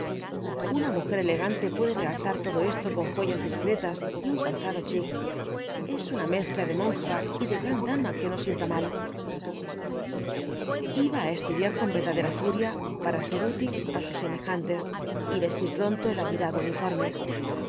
una mujer elegante puede realzar todo esto con joyas discretas y un calzado chic es una mezcla de monja y degran dama que no sienta mal iba á estudiar con verdadera furia para ser útil á sus semejantes y vestir pronto el admirado uniforme